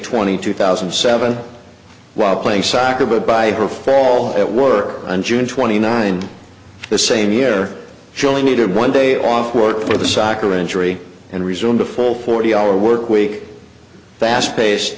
twenty two thousand and seven while playing soccer but by her fall at work on june twenty nine the same year julie needed one day off work for the soccer injury and resumed a full forty hour workweek fast pace